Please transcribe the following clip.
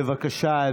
בבקשה.